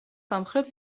სამხრეთ